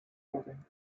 building